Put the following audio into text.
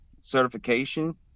certification